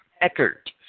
Eckert